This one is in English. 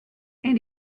and